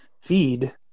feed